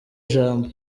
ijambo